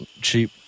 cheap